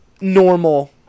normal